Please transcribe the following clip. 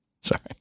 Sorry